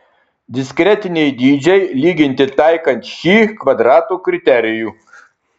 diskretiniai dydžiai lyginti taikant chi kvadrato kriterijų